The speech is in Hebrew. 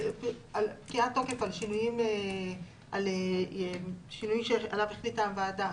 פקיעת תוקף על שינויים עליהם החליטה הוועדה.